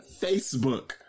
Facebook